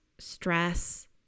stress